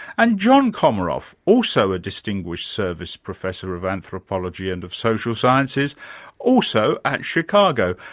and john comaroff, also a distinguished service professor of anthropology and of social sciences also at chicago.